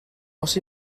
oes